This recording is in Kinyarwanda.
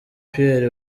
pierre